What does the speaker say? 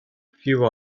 few